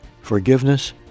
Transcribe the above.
forgiveness